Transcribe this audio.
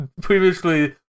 previously